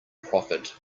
profit